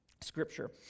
Scripture